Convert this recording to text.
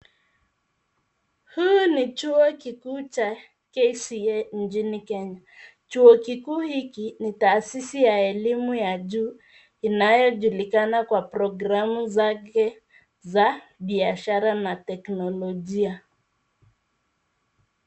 Huu ni chuo kikuu cha KCA nchini Kenya. Chuo kikuu hiki ni taasisi ya elimu ya juu inayojulikana kwa programu zake za biashara na teknolojia.